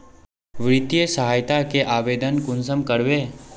वित्तीय सहायता के आवेदन कुंसम करबे?